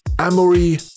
Amory